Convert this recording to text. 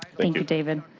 thank you, david.